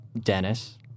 Dennis